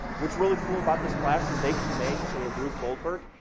what's really cool about this class is they can make, say, a rube goldberg,